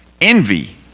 envy